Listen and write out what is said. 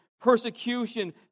persecution